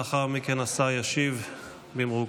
ולאחר מכן השר ישיב במרוכז.